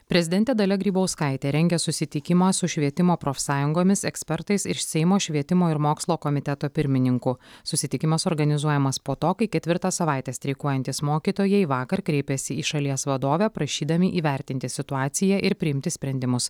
prezidentė dalia grybauskaitė rengia susitikimą su švietimo profsąjungomis ekspertais ir seimo švietimo ir mokslo komiteto pirmininku susitikimas organizuojamas po to kai ketvirtą savaitę streikuojantys mokytojai vakar kreipėsi į šalies vadovę prašydami įvertinti situaciją ir priimti sprendimus